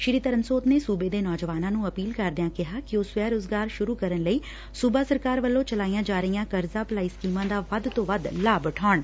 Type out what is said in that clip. ਸੀ ਧਰਮਸੋਤ ਨੇ ਸੁਬੇ ਦੇ ਨੌਜਵਾਨਾਂ ਨੂੰ ਅਪੀਲ ਕਰਦਿਆਂ ਕਿਹਾ ਕਿ ਉਹ ਸਵੈ ਰੁਜ਼ਗਾਰ ਸ਼ੁਰੁ ਕਰਨ ਲਈ ਸੁਬਾ ਸਰਕਾਰ ਵਲੱ ਚਲਾਈਆਂ ਜਾ ਰਹੀਆਂ ਕਰਜ਼ਾ ਭਲਾਈ ਸਕੀਮਾਂ ਦਾ ਵੱਧ ਤੋਂ ਵੱਧ ਲਾਭ ਉਠਾਉਣ